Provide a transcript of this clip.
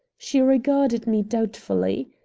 she regarded me doubtfully.